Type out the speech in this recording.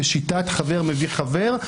בשיטת חבר מביא חבר,